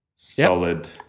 Solid